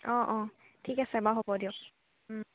অঁ অঁ ঠিক আছে বাৰু হ'ব দিয়ক